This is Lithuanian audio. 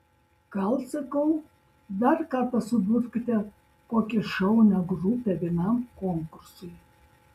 gal sakau dar kartą suburkite kokią šaunią grupę vienam konkursui